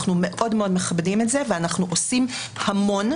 אנחנו מאוד מכבדים את זה ואנחנו עושים המון,